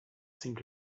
seemed